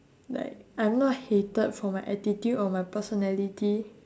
like I'm not hated for my attitude or my personality